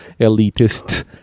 elitist